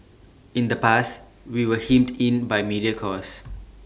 in the past we were hemmed in by media cost